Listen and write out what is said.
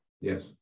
Yes